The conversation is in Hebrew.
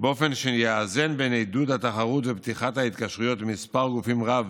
באופן שיאזן בין עידוד התחרות ופתיחת ההתקשרות למספר גופים רב